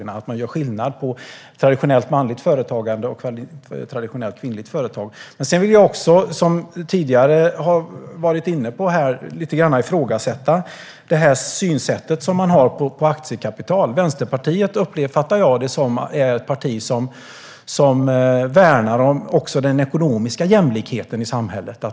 Ni gör skillnad på traditionellt manligt företagande och traditionellt kvinnligt företagande. Vi var tidigare inne lite på ifrågasättandet av synen på aktiekapital. Jag uppfattar Vänsterpartiet som ett parti som värnar även den ekonomiska jämlikheten i samhället.